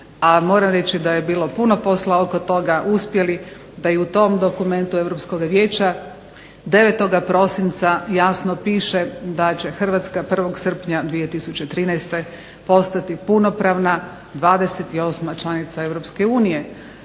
moram reći da je bilo puno posla oko toga, uspjeli da i u tom dokumentu Europskoga vijeća 9. prosinca jasno piše da će Hrvatska 1. srpnja 2013. postati punopravna 28 članica EU.